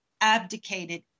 abdicated